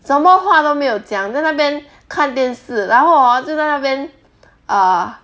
什么话都没有讲在那边看电视然后 hor 就在那边 err